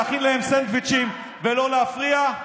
להכין להם סנדוויצ'ים ולא להפריע.